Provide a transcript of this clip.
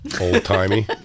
old-timey